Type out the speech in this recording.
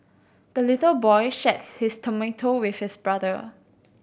the little boy shared his tomato with his brother